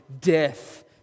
death